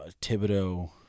Thibodeau